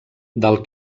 del